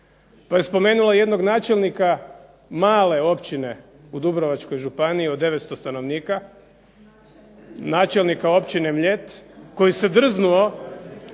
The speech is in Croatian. Pa je spomenula jedenog načelnika male općine u Dubrovačkoj županiji od 900 stanovnika, načelnika općine Mljet koji se drznuo